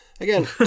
Again